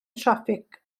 traffig